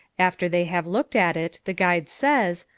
after they have looked at it the guide says,